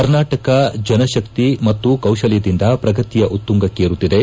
ಕರ್ನಾಟಕ ಜನಶಕ್ತಿ ಮತ್ತು ಕೌಶಲ್ಲದಿಂದ ಶ್ರಗತಿಯ ಉತ್ತುಂಗಕ್ಕೇರುತ್ತಿದೆ